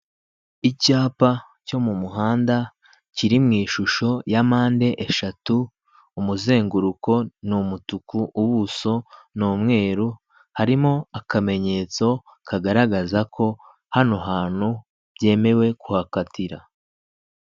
Icyapa cyo mu muhanda kiri mu ishusho ya mpande eshatu umuzenguruko ni umutuku ubuso ni umweru, harimo akamenyetso kagaragaza ko hano hantu byemewe kuhakatira.